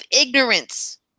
ignorance